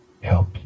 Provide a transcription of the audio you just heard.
help